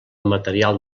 material